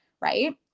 right